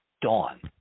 dawn